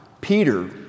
Peter